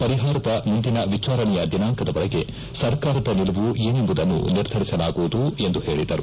ಪರಿಹಾರದ ಮುಂದಿನ ವಿಚಾರಣೆಯ ದಿನಾಂಕದ ಒಳಗೆ ಸರ್ಕಾರದ ನಿಲುವು ಏನೆಂಬುದನ್ನು ನಿರ್ಧರಿಸಲಾಗುವುದು ಎಂದು ಹೇಳಿದರು